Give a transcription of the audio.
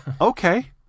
Okay